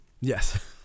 Yes